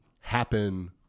happen